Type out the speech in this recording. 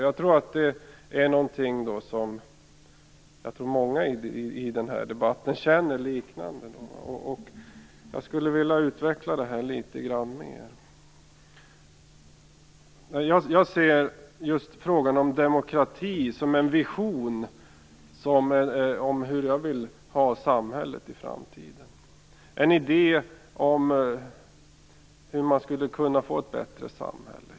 Jag tror att många i den här debatten känner något liknande. Jag skulle vilja utveckla det litet grand. För mig gäller frågan om demokrati en vision om hur jag vill ha samhället i framtiden, en idé om hur man skulle kunna få ett bättre samhälle.